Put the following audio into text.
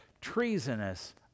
treasonous